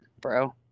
bro